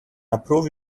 approve